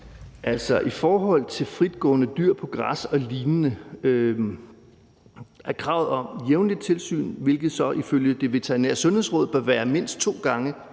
i forhold til fritgående dyr på græs og lignende er der et krav om jævnligt tilsyn, hvilket så ifølge Det Veterinære Sundhedsråd bør være mindst to gange